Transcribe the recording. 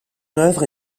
œuvre